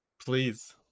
Please